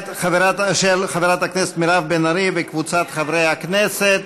של חברת הכנסת מירב בן ארי וקבוצת חברי הכנסת,